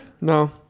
No